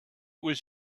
was